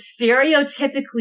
stereotypically